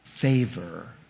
favor